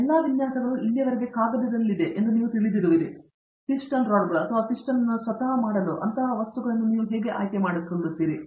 ಈ ಎಲ್ಲಾ ವಿನ್ಯಾಸಗಳು ಇಲ್ಲಿಯವರೆಗೆ ಕಾಗದದಲ್ಲಿವೆ ನೀವು ತಿಳಿದಿರುವಿರಿ ಪಿಸ್ಟನ್ ರಾಡ್ಗಳು ಅಥವಾ ಪಿಸ್ಟನ್ ಅನ್ನು ಸ್ವತಃ ಮಾಡಲು ಮತ್ತು ಅಂತಹ ವಸ್ತುಗಳನ್ನು ನೀವು ಆಯ್ಕೆ ಮಾಡಿಕೊಳ್ಳುತ್ತೀರಿ